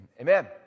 amen